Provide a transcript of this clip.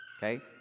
Okay